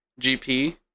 GP